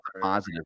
positive